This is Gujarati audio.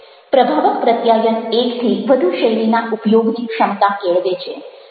પ્રભાવક પ્રત્યાયન એકથી વધુ શૈલીના ઉપયોગની ક્ષમતા કેળવે છે